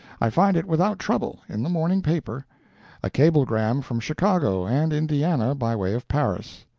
i find it without trouble, in the morning paper a cablegram from chicago and indiana by way of paris.